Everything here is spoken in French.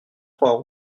trois